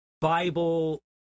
Bible